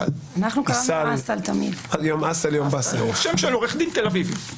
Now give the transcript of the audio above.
זהו שם של עורך דין תל אביבי.